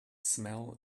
smell